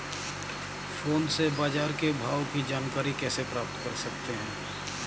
Phone से बाजार के भाव की जानकारी कैसे प्राप्त कर सकते हैं?